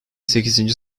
sekizinci